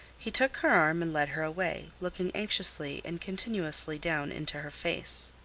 he took her arm and led her away, looking anxiously and continuously down into her face.